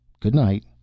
Good-night